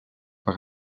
par